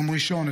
ביום ראשון,